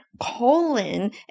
colon